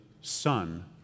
Son